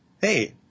hey